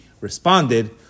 responded